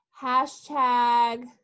Hashtag